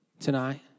Tonight